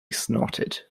snorted